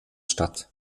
statt